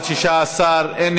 התשע"ט 2018,